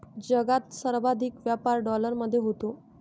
जगात सर्वाधिक व्यापार डॉलरमध्ये होतो